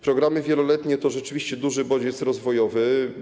Programy wieloletnie to rzeczywiście duży bodziec rozwojowy.